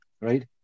Right